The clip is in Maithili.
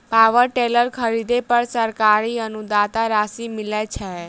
पावर टेलर खरीदे पर सरकारी अनुदान राशि मिलय छैय?